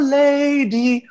lady